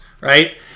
right